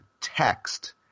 text